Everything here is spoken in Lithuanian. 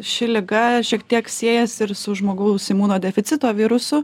ši liga šiek tiek siejasi ir su žmogaus imunodeficito virusu